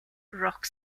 rock